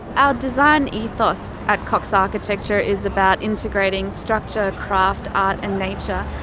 our design ethos at cox architecture is about integrating structure, craft, art and nature,